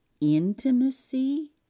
intimacy